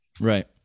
Right